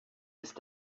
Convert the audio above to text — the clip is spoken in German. ist